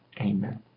Amen